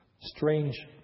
Strange